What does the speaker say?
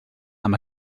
amb